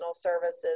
services